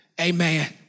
Amen